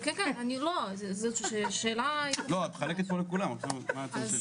את מחלקת פה לכולם, אני שואל מה הציון שלי.